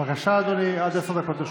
בבקשה, אדוני, עד עשר דקות לרשותך.